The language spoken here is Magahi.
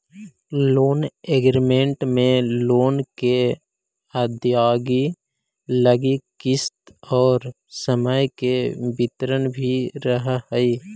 लोन एग्रीमेंट में लोन के अदायगी लगी किस्त और समय के विवरण भी रहऽ हई